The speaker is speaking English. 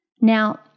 Now